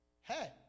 Hey